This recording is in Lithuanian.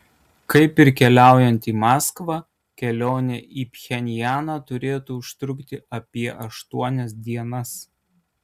kaip ir keliaujant į maskvą kelionė į pchenjaną turėtų užtrukti apie aštuonias dienas